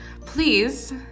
Please